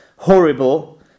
Horrible